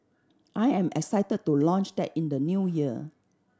I am excited to launch that in the New Year